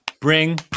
bring